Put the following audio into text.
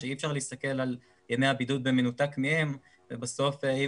שאי אפשר להסתכל על ימי הבידוד במנותק מהם ובסוף אם